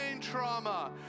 trauma